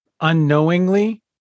unknowingly